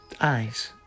eyes